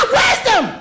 wisdom